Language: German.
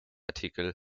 artikel